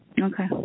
Okay